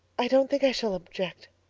i don't think i shall object,